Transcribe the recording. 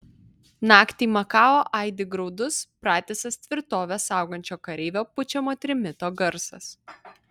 naktį makao aidi graudus pratisas tvirtovę saugančio kareivio pučiamo trimito garsas